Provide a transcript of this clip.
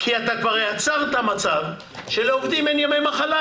כי אתה כבר יצרת מצב שלעובדים אין ימי מחלה,